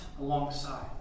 alongside